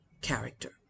Character